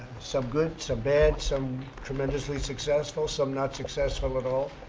some good. some bad. some tremendously successful. some not successful at all.